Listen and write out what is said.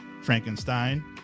frankenstein